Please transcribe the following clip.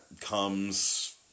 comes